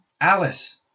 Alice